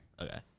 Okay